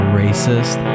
racist